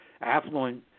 affluent